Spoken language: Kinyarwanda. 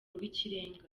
rw’ikirenga